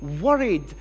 worried